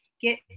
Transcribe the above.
Get